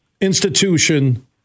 institution